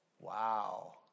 Wow